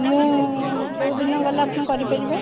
ମୁଁ କେଉଁଦିନ ଗଲେ ଆପଣ କରିପାରିବେ